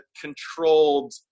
controlled